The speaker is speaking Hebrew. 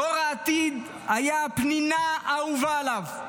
דור העתיד היה הפנינה האהובה עליו.